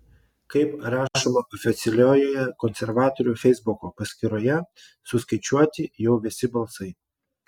kaip rašoma oficialioje konservatorių feisbuko paskyroje suskaičiuoti jau visi balsai